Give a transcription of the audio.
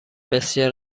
بسیار